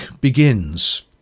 begins